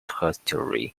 history